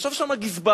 ישב שם הגזבר,